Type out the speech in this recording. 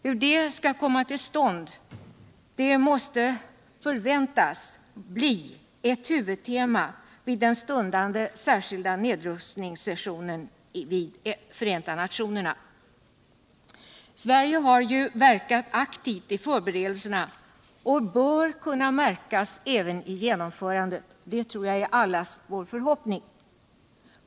Hur det skall gå tll måste förväntas bli ett huvudtema vid den stundande särskilda nedrustningssessionen i FN. Sverige har ju verkat aktivt i förberedelserna och bör kunna märkas även I genomförandet — det tror jag är allas vår förhoppning.